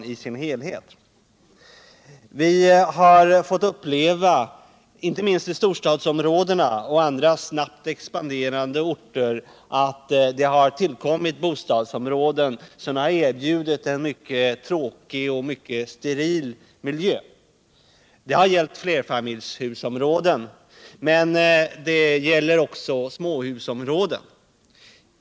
Vi har fått uppleva, inte minst i storstadsområdena och i andra snabbt expanderande orter, att det har tillkommit bostadsområden som har erbjudit en mycket tråkig och steril miljö. Det har gällt flerfamiljshusområden men det kan också sägas om småhusområden.